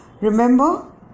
Remember